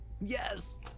Yes